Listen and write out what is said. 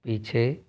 पीछे